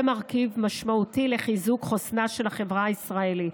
מרכיב משמעותי בחיזוק חוסנה של החברה הישראלית.